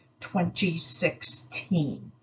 2016